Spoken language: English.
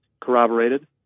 corroborated